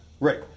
Right